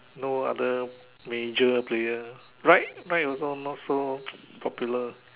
no other major player Ryde Ryde also not so popular